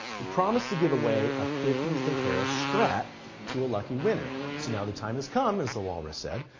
we promised to give away a fifty s vintera strat to a lucky winner. so now the time has come, as the walrus said,